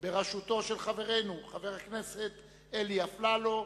בראשותו של חברנו חבר הכנסת אלי אפללו,